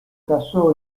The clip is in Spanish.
casó